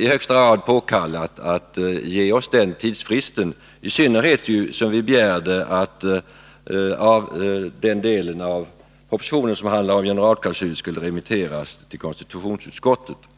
i högsta grad påkallat att ge oss den nödvändiga tidsfristen, i synnerhet som vi begärde att den del av propositionen som handlade om generalklausulen skulle remitteras till konstitutionsutskottet.